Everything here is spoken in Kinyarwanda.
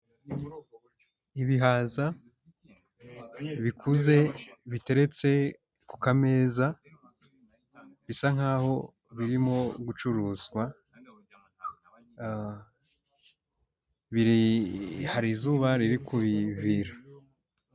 Ibihaza bikuze biteretse ku kameza bisa nkaho birimo gucuruzwa, biri hari izuba riri kubivira.